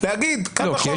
להגיד קל וחומר --- לא.